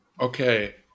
Okay